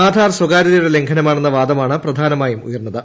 ആധാർ സ്വകാര്യതയുടെ ലംഘനമാണെന്ന വാദമാണ് പ്രധാനമായും ഉയർന്നത്